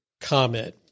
comment